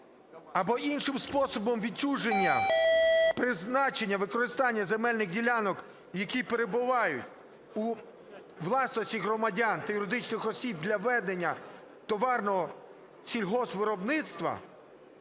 або іншим способом відчуження призначення використання земельних ділянок, які перебувають у власності громадян та юридичних осіб для ведення товарного сільгоспвиробництва,